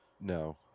No